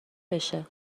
بشه